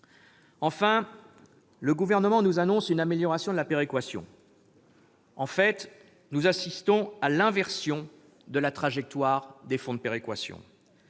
Enfin, le Gouvernement nous annonce une amélioration de la péréquation. En fait, nous assistons à l'inversion de la trajectoire des fonds de péréquation.